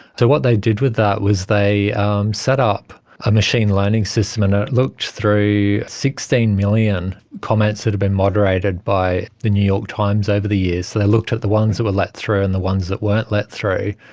so what they did with that was they set up a machine learning system and it looked through sixteen million comments that had been moderated by the new york times over the years. so they looked at the ones that were let through and the ones that weren't let through,